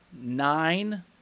nine